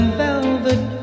velvet